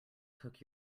cook